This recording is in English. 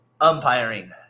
umpiring